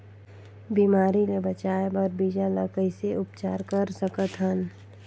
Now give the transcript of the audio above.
बिमारी ले बचाय बर बीजा ल कइसे उपचार कर सकत हन?